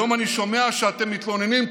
היום אני שומע שאתם מתלוננים,